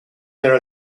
there